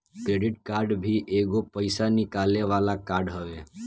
credit card भी एगो पईसा निकाले वाला कार्ड हवे